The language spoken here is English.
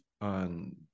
on